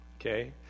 Okay